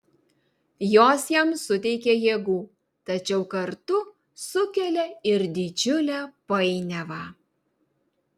jos jam suteikia jėgų tačiau kartu sukelia ir didžiulę painiavą